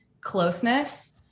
closeness